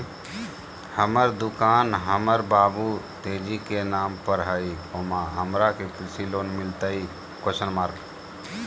हमर दुकान हमर बाबु तेजी के नाम पर हई, हमरा के कृषि लोन मिलतई?